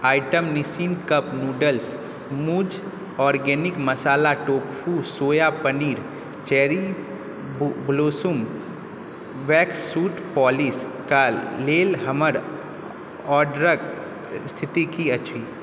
item Nissin cup noodles मूज़ organic masala tofu soya paneer cherry blossom wax shoe पॉलिशक लेल हमर ऑर्डरक स्थिति की अछि